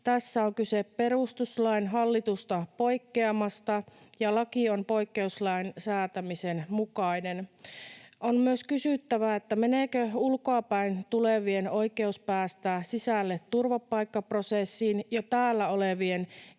Tässä on kyse perustuslain hallitusta poikkeamasta, ja laki on poikkeuslain säätämisen mukainen. On myös kysyttävä, meneekö ulkoapäin tulevien oikeus päästä sisälle turvapaikkaprosessiin jo täällä olevien